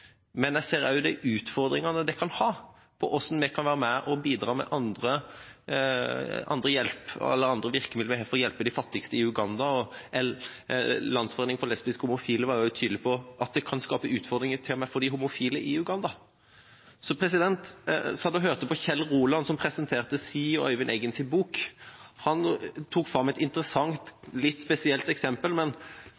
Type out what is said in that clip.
Men jeg ser også de utfordringene det kan gi, mot hvordan vi kan være med å bidra med andre virkemidler vi har, for å hjelpe de fattigste i Uganda. Landsforeningen for lesbiske, homofile, bifile og transpersoner var jo tydelig på at det kan skape utfordringer til og med for de homofile i Uganda. Jeg satt og hørte på Kjell Roland som presenterte sin og Øyvind Eggens bok. Han tok fram et interessant,